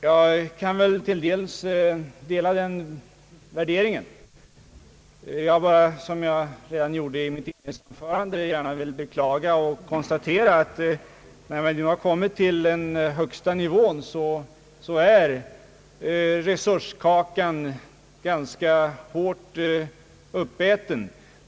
Jag kan väl något dela den värderingen, men som jag redan gjorde i mitt inledningsanförande vill jag med beklagande konstatera att när man nu har kommit till den högsta nivån, så är resurskakan hårt åtgången.